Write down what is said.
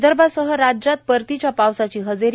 विदर्भासह राज्यात परतीच्या पावसाची हजेरी